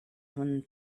when